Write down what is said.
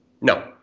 No